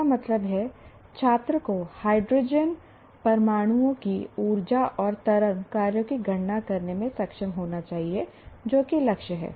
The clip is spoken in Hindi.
इसका मतलब है छात्र को हाइड्रोजन परमाणुओं की ऊर्जा और तरंग कार्यों की गणना करने में सक्षम होना चाहिए जो कि लक्ष्य है